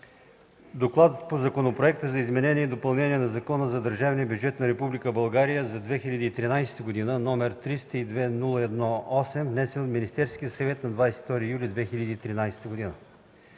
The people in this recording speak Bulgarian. „ДОКЛАД по Законопроекта за изменение и допълнение на Закона за държавния бюджет на Република България за 2013 г., № 302-01-8, внесен от Министерския съвет на 22 юли 2013 г.